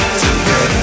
together